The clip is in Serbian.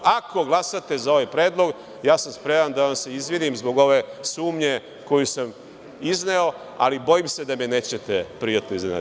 Ako glasate za ovaj predlog, ja sam spreman da vam se izvinim zbog ove sumnje koju sam izneo, ali bojim se da me nećete prijatno iznenaditi.